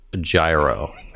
gyro